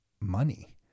money